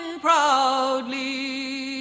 proudly